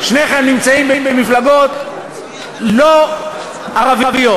שניכם נמצאים במפלגות לא ערביות,